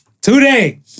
Today